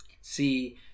See